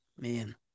Man